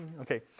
Okay